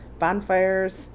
bonfires